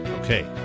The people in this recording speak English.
Okay